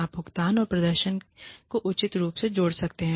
आप भुगतान और प्रदर्शन को उचित रूप से जोड़ सकते हैं